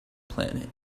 planet